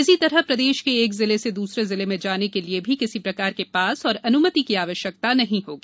इसी तरह प्रदेश के एक जिले से दूसरे जिले में जाने के लिए भी किसी प्रकार के पास और अनुमति की आवश्यक नहीं होगी